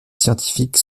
scientifique